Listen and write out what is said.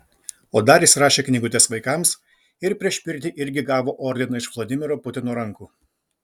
o dar jis rašė knygutes vaikams ir prieš mirtį irgi gavo ordiną iš vladimiro putino rankų